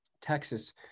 Texas